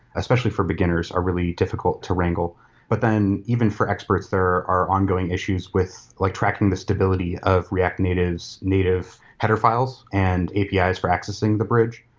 especially for beginners, are really difficult to wrangle but then even for experts, there are ongoing issues with like tracking the stability of react native's native header files and yeah apis for accessing the bridge.